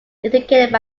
educated